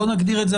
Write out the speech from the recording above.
בוא נגדיר את זה,